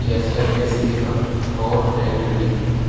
چیسلر Pacifica Ford L T D